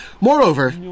Moreover